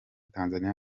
tanzania